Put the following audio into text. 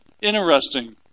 interesting